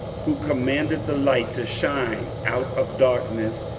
who commanded the light to shine out of darkness,